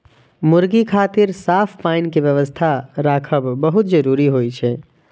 मुर्गी खातिर साफ पानी के व्यवस्था राखब बहुत जरूरी होइ छै